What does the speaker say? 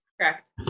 correct